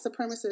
supremacists